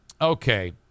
okay